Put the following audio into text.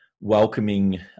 welcoming